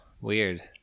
weird